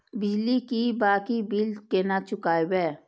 बिजली की बाकी बील केना चूकेबे?